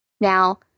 Now